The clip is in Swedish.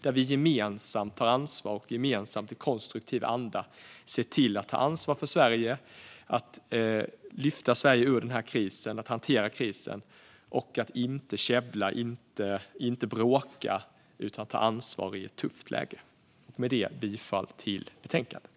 Vi tar gemensamt ansvar i konstruktiv anda. Vi ser till att ta ansvar för Sverige, hantera krisen och lyfta Sverige ur krisen. Vi ser till att inte käbbla och inte bråka utan ta ansvar i ett tufft läge. Jag yrkar bifall till förslaget i betänkandet.